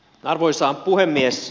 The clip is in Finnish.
arvoisa puhemies